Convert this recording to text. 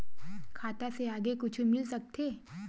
खाता से आगे कुछु मिल सकथे?